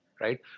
right